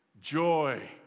Joy